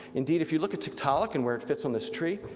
indeed if you look at tiktaalik and where it fits on this tree,